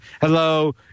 hello